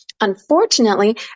Unfortunately